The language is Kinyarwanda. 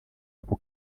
ako